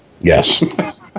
Yes